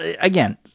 again